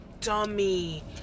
Dummy